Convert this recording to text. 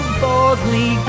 boldly